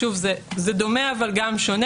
שוב, זה דומה, אבל גם שונה.